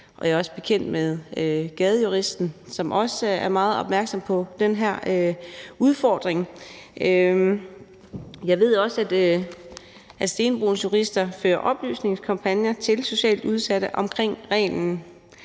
Jeg er også bekendt med Gadejuristen, som også er meget opmærksom på den her udfordring. Jeg ved også, at Stenbroens Jurister fører oplysningskampagner til socialt udsatte omkring reglen,